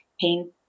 pain